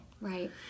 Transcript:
Right